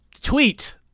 tweet